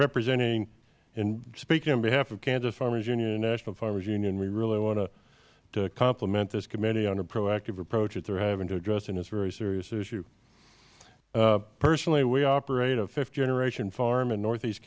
representing and speaking on behalf of kansas farmers union and national farmers union we really want to compliment this committee on the proactive approach that they are having to address in this very serious issue personally we operate a fifth generation farm in northeast